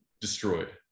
destroyed